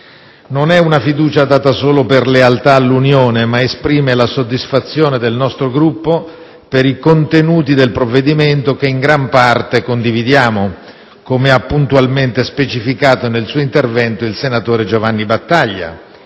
Non è una fiducia data solo per lealtà all'Unione, ma esprime la soddisfazione del nostro Gruppo per i contenuti del provvedimento, che in gran parte condividiamo (come ha puntualmente specificato nel suo intervento il senatore Giovanni Battaglia),